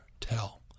tell